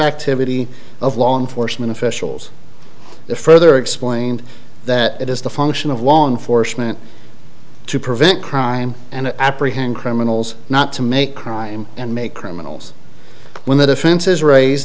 activity of law enforcement officials the further explained that it is the function of law enforcement to prevent crime and apprehend criminals not to make crime and make criminals when the defenses raise